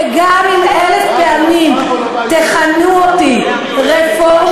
וגם אם אלף פעמים תכנו אותי "רפורמית",